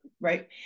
Right